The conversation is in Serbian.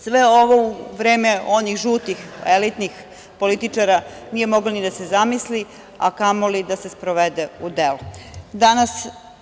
Sve ovo u vreme onih žutih elitnih političara, nije moglo ni da se zamisli, a kamoli da se sprovede u delo.